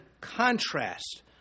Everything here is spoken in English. contrast